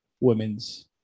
women's